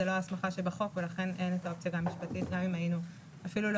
זאת לא ההסמכה שבחוק ולכן אין את האופציה המשפטית ואפילו לא